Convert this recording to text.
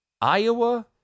Iowa